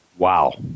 Wow